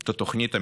את התוכנית המאזנת.